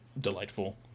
delightful